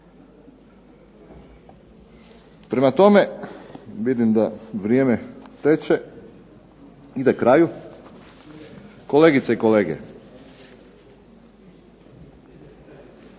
Prema tome vidim da vrijeme teče, ide kraju. Kolegice i kolege,